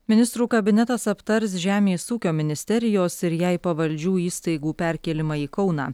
ministrų kabinetas aptars žemės ūkio ministerijos ir jai pavaldžių įstaigų perkėlimą į kauną